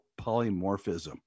polymorphism